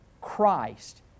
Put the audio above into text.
Christ